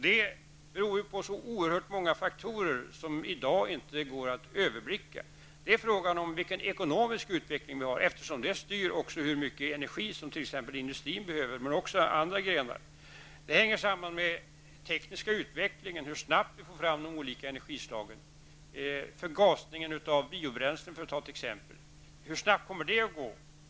Detta beror på så oerhört många faktorer som i dag inte går att överblicka. Det är en fråga om vilken ekonomisk utveckling vi har, eftersom det styr också hur mycket energi som t.ex. industrin men också andra näringsgrenar behöver. Det hänger samman med den tekniska utvecklingen och hur snabbt det går att få fram de olika energislagen, t.ex. förgasningen av biobränslen. Hur snabbt kan det gå?